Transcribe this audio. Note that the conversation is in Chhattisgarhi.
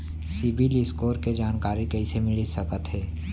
सिबील स्कोर के जानकारी कइसे मिलिस सकथे?